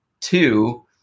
two